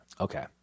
Okay